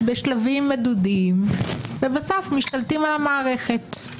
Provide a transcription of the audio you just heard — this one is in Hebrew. בשלבים מדודים, ובסוף משתלטים על המערכת.